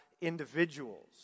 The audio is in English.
individuals